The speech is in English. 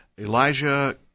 Elijah